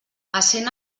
essent